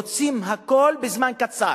רוצים הכול בזמן קצר.